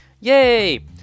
Yay